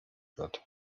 wird